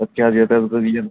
اَدٕ کیٛاہ حظ یَتھ حظ گوٚو